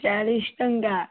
ଚାଳିଶ ଟଙ୍କା